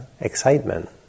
excitement